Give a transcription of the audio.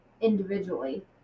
individually